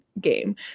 game